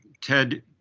Ted